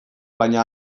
baina